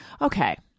okay